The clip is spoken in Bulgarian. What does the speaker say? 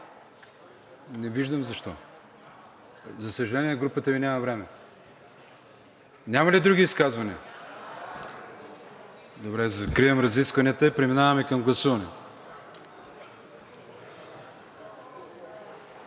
Не виждам защо. За съжаление, групата Ви няма време. Няма ли други изказвания? Няма. Закривам разискванията и преминаваме към гласуване.